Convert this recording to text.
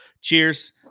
Cheers